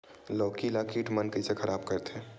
लौकी ला कीट मन कइसे खराब करथे?